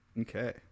Okay